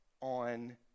on